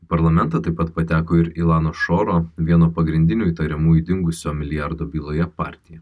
parlamentą taip pat pateko ir ilano šoro vieno pagrindinių įtariamųjų dingusio milijardo byloje partija